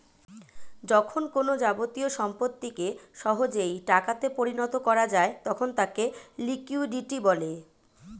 যখন কোনো যাবতীয় সম্পত্তিকে সহজেই টাকা তে পরিণত করা যায় তখন তাকে লিকুইডিটি বলে